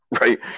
right